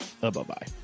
Bye-bye